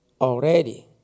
already